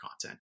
content